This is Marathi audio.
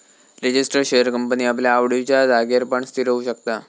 रजीस्टर शेअर कंपनी आपल्या आवडिच्या जागेर पण स्थिर होऊ शकता